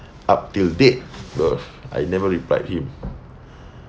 up till date ugh I never replied him